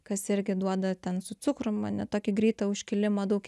kas irgi duoda ten su cukrum ar ne tokį greitą užkilimą daug